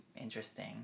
interesting